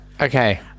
Okay